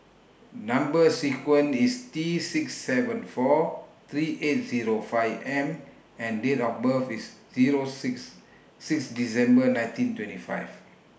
Number sequence IS T six seven four three eight Zero five M and Date of birth IS Zero six six December nineteen twenty five